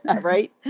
Right